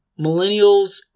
millennials